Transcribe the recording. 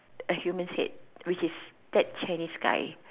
a human's head which is that Chinese guy